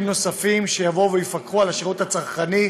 נוספים שיבואו ויפקחו על השירות הצרכני,